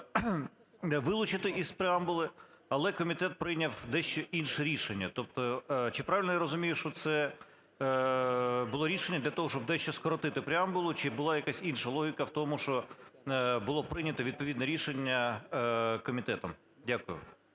вилучити із преамбули. Але комітет прийняв дещо інше рішення. Тобто чи правильно я розумію, що це було рішення для того, щоб дещо скоротити преамбулу, чи була якась інша логіка в тому, що було прийняте відповідне рішення комітетом? Дякую.